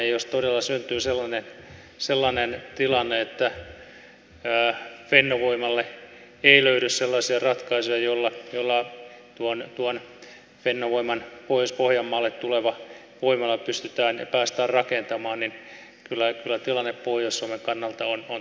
jos todella syntyy sellainen tilanne että fennovoimalle ei löydy sellaisia ratkaisuja joilla fennovoiman pohjois pohjanmaalle tuleva voimala päästään rakentamaan niin kyllä tilanne pohjois suomen kannalta on todella vaikea